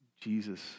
Jesus